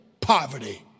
poverty